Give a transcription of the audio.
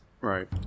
Right